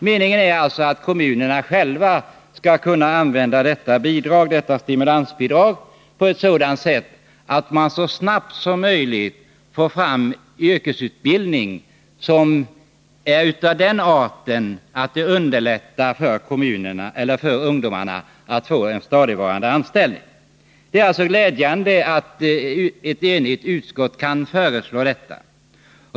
Meningen är alltså att kommunerna själva skall kunna använda detta stimulansbidrag på sådant sätt att man så snabbt som möjligt får fram yrkesutbildning av sådan art att den underlättar för ungdomarna att få en stadigvarande anställning. Det är alltså glädjande att ett enigt utskott kan föreslå detta.